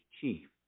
chief